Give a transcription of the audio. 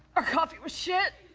our coffee was shit